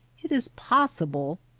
it is possible.